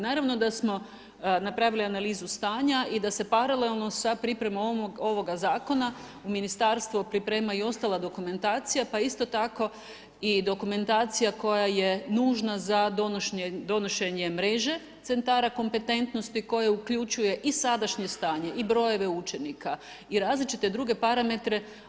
Naravno da smo napravili analizu stanja i da se paralelno sa pripremom ovoga zakona u ministarstvu priprema i ostala dokumentacija, pa isto tako i dokumentacija koja je nužna za donošenje mreže centara kompetentnosti koje uključuje i sadašnje stanje i brojeve učenika i različite druge parametre.